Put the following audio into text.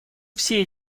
все